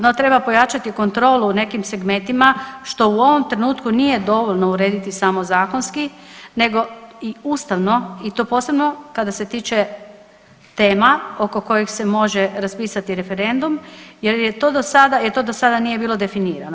No treba pojačati kontrolu u nekim segmentima što u ovom trenutku nije dovoljno urediti samo zakonski, nego i ustavno i to posebno kada se tiče tema oko kojih se može raspisati referendum, jer to do sada nije bilo definirano.